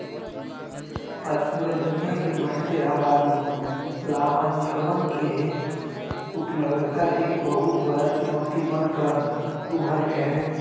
आज पूरा दुनिया के बढ़ते आबादी ला अनजवन के उपलब्धता एक बहुत बड़ा चुनौती बन कर उभर ले है